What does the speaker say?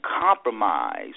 compromise